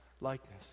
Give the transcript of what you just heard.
likeness